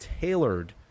tailored